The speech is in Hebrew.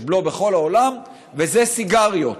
יש בלו בכל העולם, וזה סיגריות.